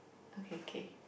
okay K